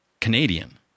Canadian